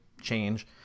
change